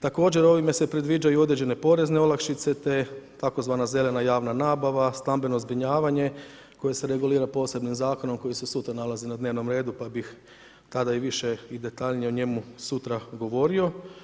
Također, ovime se predviđaju određene porezne olakšice te tzv. zelena javna nabava, stambeno zbrinjavanje koje se regulira posebnim zakonom koji se sutra nalazi na dnevnom redu, pa bih tada i više i detaljnije o njemu sutra govorio.